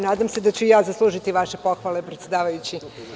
Nadam se da ću i ja zaslužiti vaše pohvale, predsedavajući.